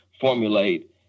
formulate